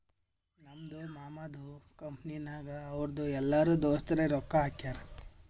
ನಮ್ದು ಮಾಮದು ಕಂಪನಿನಾಗ್ ಅವ್ರದು ಎಲ್ಲರೂ ದೋಸ್ತರೆ ರೊಕ್ಕಾ ಹಾಕ್ಯಾರ್